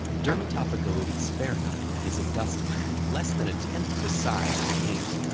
dermatophagoides farinae is a dust mite. less than a tenth the size of an ant,